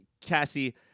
Cassie